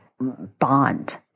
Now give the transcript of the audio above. bond